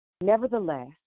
Nevertheless